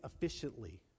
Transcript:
efficiently